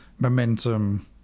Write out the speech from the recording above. momentum